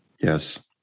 yes